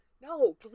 No